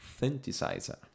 Synthesizer